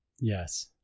Yes